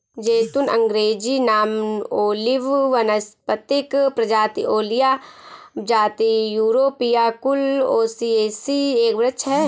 ज़ैतून अँग्रेजी नाम ओलिव वानस्पतिक प्रजाति ओलिया जाति थूरोपिया कुल ओलियेसी एक वृक्ष है